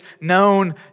known